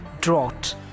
Drought